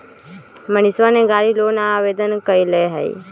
मनीषवा ने गाड़ी लोन ला आवेदन कई लय है